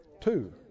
Two